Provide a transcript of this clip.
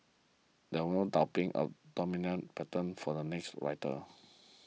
there was no doubting a dominant pattern for the next winter